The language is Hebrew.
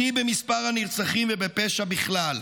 שיא במספר הנרצחים ובפשע בכלל,